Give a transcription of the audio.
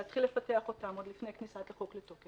להתחיל לפתח אותם עוד לפני כניסת החוק לתוקף.